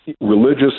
religious